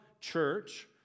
church